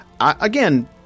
again